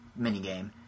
minigame